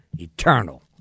eternal